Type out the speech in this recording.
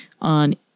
On